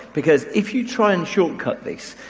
because if you try and shortcut this,